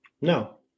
no